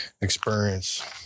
experience